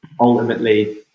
Ultimately